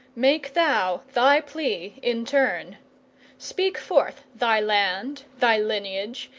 make thou thy plea in turn speak forth thy land, thy lineage,